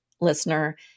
listener